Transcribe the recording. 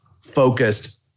focused